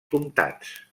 comtats